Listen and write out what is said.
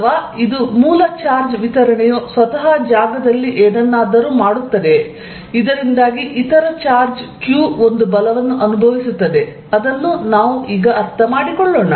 ಅಥವಾ ಇದು ಮೂಲ ಚಾರ್ಜ್ ವಿತರಣೆಯು ಸ್ವತಃ ಜಾಗದಲ್ಲಿ ಏನನ್ನಾದರೂ ಮಾಡುತ್ತದೆಯೇ ಇದರಿಂದಾಗಿ ಇತರ ಚಾರ್ಜ್ q ಒಂದು ಬಲವನ್ನು ಅನುಭವಿಸುತ್ತದೆ ಅದನ್ನು ನಾವು ಅರ್ಥಮಾಡಿಕೊಳ್ಳೋಣ